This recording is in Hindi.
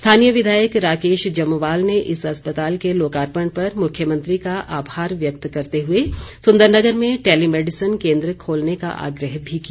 स्थानीय विधायक राकेश जमवाल ने इस अस्पताल के लोकार्पण पर मुख्यमंत्री का आभार व्यक्त करते हुए सुंदरनगर में टेलीमेडिसिन केंद्र खोलने का आग्रह भी किया